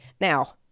Now